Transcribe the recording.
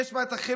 יש את החילונים,